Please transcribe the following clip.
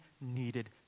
needed